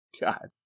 God